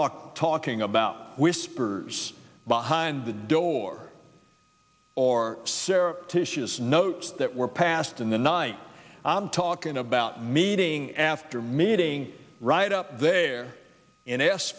not talking about whispers behind the door or sayre tish's notes that were passed in the night i'm talking about meeting after meeting right up there and ask